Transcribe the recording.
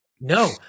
No